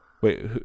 Wait